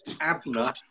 Abner